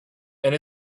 and